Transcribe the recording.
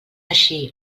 així